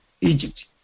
Egypt